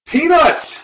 Peanuts